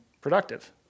productive